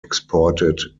exported